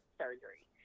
surgery